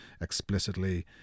explicitly